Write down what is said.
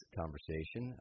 conversation